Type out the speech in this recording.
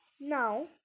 Now